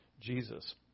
Jesus